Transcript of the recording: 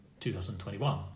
2021